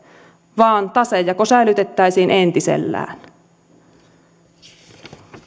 vaan tasejako säilytettäisiin entisellään